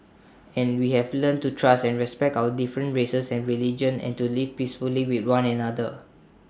and we have learnt to trust and respect our different races and religions and to live peacefully with one another